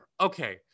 Okay